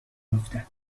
میافتد